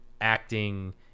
acting